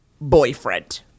boyfriend